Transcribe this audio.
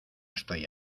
estoy